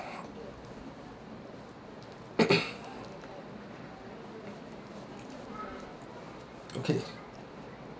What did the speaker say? okay